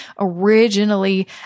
originally